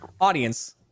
audience